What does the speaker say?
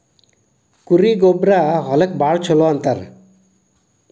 ಕುರಿಯ ಗೊಬ್ಬರಾ ಹೊಲಕ್ಕ ಭಾಳ ಚುಲೊ ಅಂತಾರ